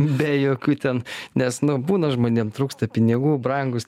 be jokių ten nes nu būna žmonėm trūksta pinigų brangūs